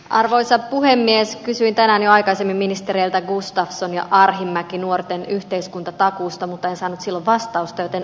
arvoisa puhemies kysyy tänään aikaisemmin ministereiltä gustafsson ja arhinmäki nuorten yhteiskuntatakuusta mutta en saanut silloin vastausta joten